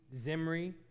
Zimri